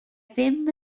ddim